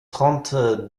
trente